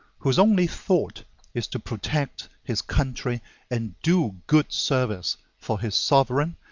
whose only thought is to protect his country and do good service for his sovereign,